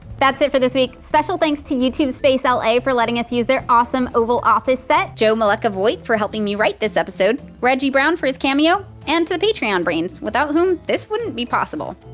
that's it for this week! special thanks to youtube space l a. for letting us use their awesome oval office set, jo meleca-voigt for helping me write this episode, reggie brown for his cameo, and the patreon brains, without whom this wouldn't be possible.